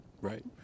Right